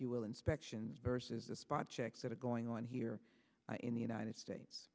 you will inspections versus the spot checks that are going on here in the united states